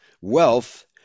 wealth